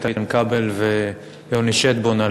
איתן כבל ויוני שטבון,